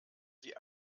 sie